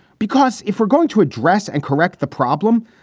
because if we're going to address and correct the problem,